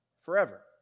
forever